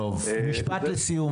לסיום,